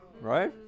Right